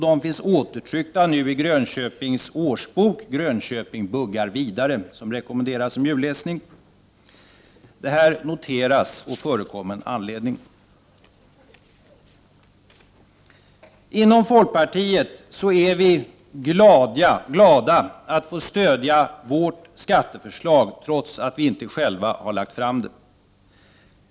De finns tryckta i Grönköpings årsbok, Grönköping buggar vidare, som rekommenderas som julläsning. Detta noteras å förekommen anledning. Inom folkpartiet är vi glada att få stödja vårt skatteförslag, trots att vi inte själva har lagt fram det.